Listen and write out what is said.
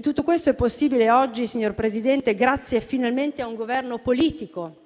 Tutto questo è possibile oggi, signor Presidente, grazie finalmente a un Governo politico,